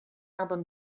album